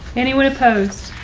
anyone opposed?